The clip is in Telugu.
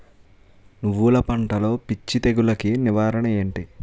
నువ్వులు పంటలో పిచ్చి తెగులకి నివారణ ఏంటి?